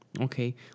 Okay